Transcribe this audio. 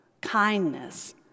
kindness